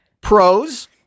Pros